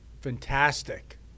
Fantastic